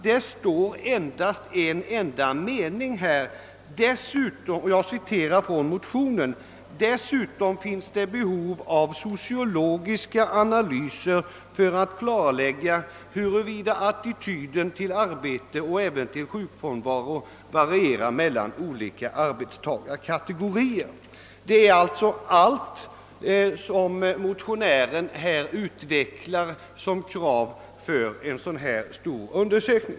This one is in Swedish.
Det står en enda mening härom: »Dessutom finns det behov av sociologiska analyser för att klarlägga huruvida attityden till arbetet och även till sjukfrånvaron varierar mellan olika arbetstagarkategorier.» Det är allt som motionärerna säger som motiv för en så stor undersökning.